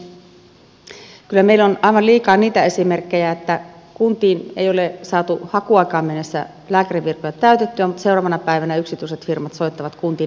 kyllä meillä on aivan liikaa niitä esimerkkejä että kuntiin ei ole saatu hakuaikaan mennessä lääkärinvirkoja täytettyä mutta seuraavana päivänä yksityiset firmat soittavat kuntiin